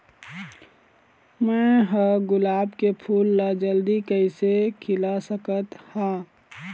मैं ह गुलाब के फूल ला जल्दी कइसे खिला सकथ हा?